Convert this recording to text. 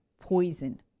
poison